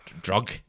drug